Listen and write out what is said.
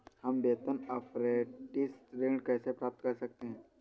हम वेतन अपरेंटिस ऋण कैसे प्राप्त कर सकते हैं?